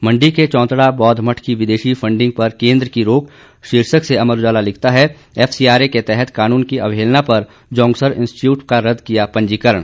मंडी के चौंतड़ा बौद्ध मठ की विदेशी फंडिग पर केंद्र की रोक शीर्षक से अमर उजाला लिखता है एफसीआरए के तहत कानून की अवहेलना पर जोंग्सर इंस्टीट्यूट का रद्द किया पंजीकरण